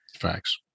facts